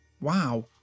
wow